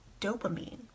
dopamine